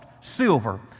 silver